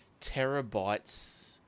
terabytes